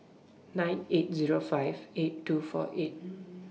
nine eight Zero five eight two four eight